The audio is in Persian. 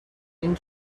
این